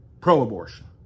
pro-abortion